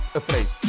afraid